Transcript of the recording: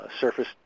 surface